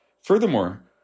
Furthermore